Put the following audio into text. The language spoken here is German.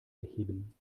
erheben